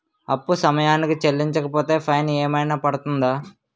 అప్పు సమయానికి చెల్లించకపోతే ఫైన్ ఏమైనా పడ్తుంద?